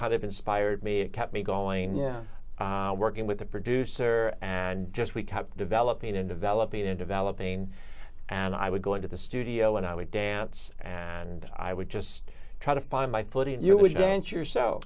kind of inspired me and kept me going yeah working with the producer and just we kept developing in developing and developing and i would go into the studio and i would dance and i would just try to find my footing and you would dance yourself